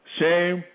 shame